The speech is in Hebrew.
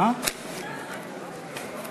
למה זה טוב?